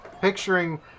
picturing